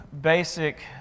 basic